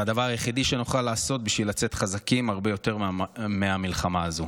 זה הדבר היחיד שנוכל לעשות בשביל לצאת חזקים הרבה יותר מהמלחמה הזו.